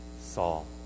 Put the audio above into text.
Saul